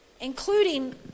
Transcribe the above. including